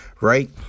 Right